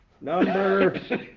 number